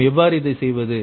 நாம் எவ்வாறு இதை செய்வது